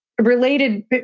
related